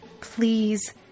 Please